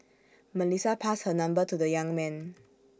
Melissa passed her number to the young man